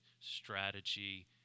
strategy